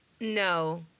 No